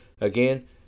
again